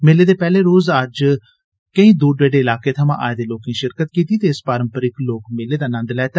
मेले दे पैहले रोज अज्ज केंई दूर दरेड़े इलाके थमां आए दे लोकें शिरकत कीती ते इस पारम्परिक लोक मेले दा नंद लैता